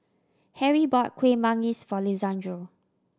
Harrie bought Kuih Manggis for Lisandro